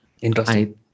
Interesting